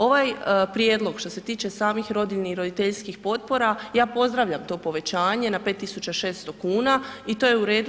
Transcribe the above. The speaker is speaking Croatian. Ovaj prijedlog što se tiče samih rodiljnih i roditeljskih potpora ja pozdravljam to povećanje na 5.600 kuna i to je u redu.